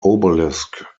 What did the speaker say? obelisk